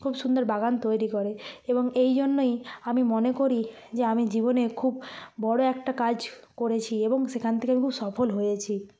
খুব সুন্দর বাগান তৈরি করে এবং এই জন্যই আমি মনে করি যে আমি জীবনে খুব বড় একটা কাজ করেছি এবং সেখান থেকে আমি খুব সফল হয়েছি